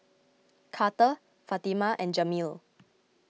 Karter Fatima and Jameel